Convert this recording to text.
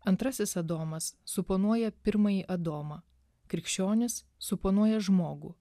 antrasis adomas suponuoja pirmąjį adomą krikščionis suponuoja žmogų